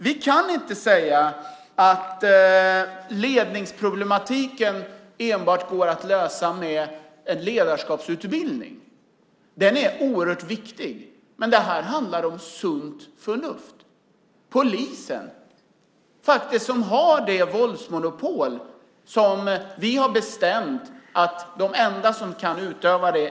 Vi kan inte säga att ledningsproblematiken går att lösa enbart med en ledarskapsutbildning. En sådan är oerhört viktig, men här handlar det om sunt förnuft. Polisen har det våldsmonopol som vi ju bestämt att bara staten kan utöva.